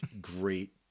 great